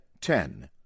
ten